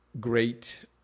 great